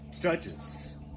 judges